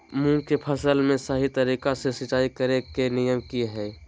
मूंग के फसल में सही तरीका से सिंचाई करें के नियम की हय?